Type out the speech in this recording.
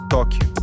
Tokyo